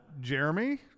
Jeremy